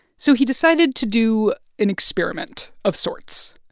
so he decided to do an experiment of sorts.